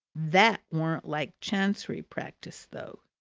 that warn't like chancery practice though,